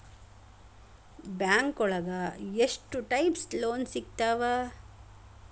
ಬ್ಯಾಂಕೋಳಗ ಎಷ್ಟ್ types loan ಸಿಗ್ತಾವ?